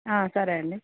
సరే అండి